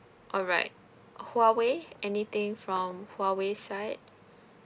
alright huawei anything from huawei side